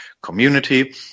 community